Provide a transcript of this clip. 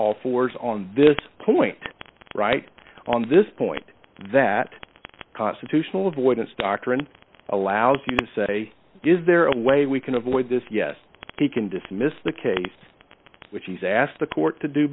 all fours on this point right on this point that constitutional avoidance doctrine allows you to say is there a way we can avoid this yes he can dismiss the case which he's asked the court to do